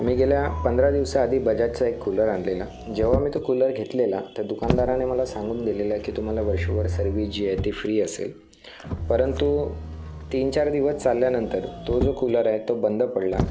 मी गेल्या पंधरा दिवसाआधी बजाजचा एक कूलर आणलेला जेव्हा मी तो कूलर घेतलेला त्या दुकानदाराने मला सांगून दिलेलं की तुम्हाला वर्षभर सर्विस जी आहे ती फ्री असेल परंतु तीन चार दिवस चालल्यानंतर तो जो कूलर आहे तो बंद पडला